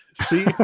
see